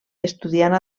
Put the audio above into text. estudiant